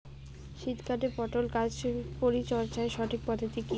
শীতকালে পটল গাছ পরিচর্যার সঠিক পদ্ধতি কী?